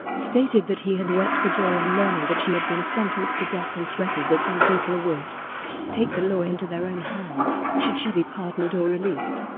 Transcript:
stated that he had wept for joy on learning that she had been sentenced to death and threatened that some people would take the law into their own hands should she be pardoned or released.